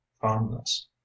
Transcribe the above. fondness